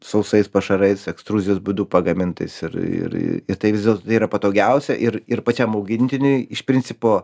sausais pašarais ekstruzijos būdu pagamintais ir ir i tai vis dėlto yra patogiausia ir ir pačiam augintiniui iš principo